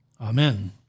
Amen